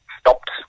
stopped